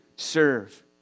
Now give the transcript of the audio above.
Serve